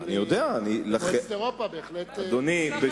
בהחלט,